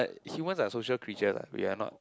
humans are social creature lah we are not